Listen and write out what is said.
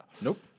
Nope